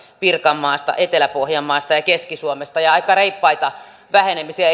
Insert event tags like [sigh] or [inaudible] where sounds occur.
pirkanmaasta etelä pohjanmaasta ja ja keski suomesta ja aika reippaita vähenemisiä [unintelligible]